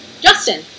justin